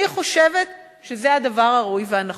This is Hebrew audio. אני חושבת שזה הדבר הראוי והנכון.